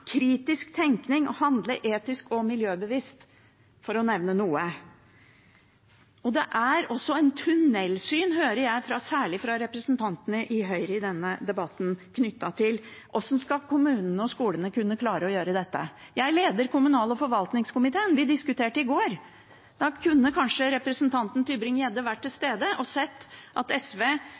kritisk tenkning og å handle etisk og miljøbevisst – for å nevne noe. Det er også et tunnelsyn, hører jeg, særlig fra representantene i Høyre i denne debatten, knyttet til hvordan kommunene og skolene skal klare å gjøre dette. Jeg leder kommunal- og forvaltningskomiteen. Vi diskuterte dette i går. Da kunne kanskje representanten Tybring-Gjedde vært til stede og sett at SV